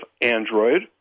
Android